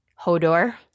hodor